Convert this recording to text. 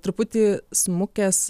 truputį smukęs